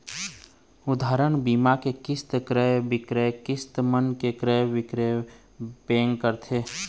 उदाहरन, बीमा के किस्त, कर, बियाज, किस्ती मन के क्रय बिक्रय बेंक करथे